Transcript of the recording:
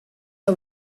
are